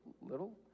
little